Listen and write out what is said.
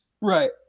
Right